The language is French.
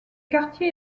quartier